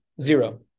zero